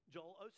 Joel